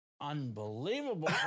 Unbelievable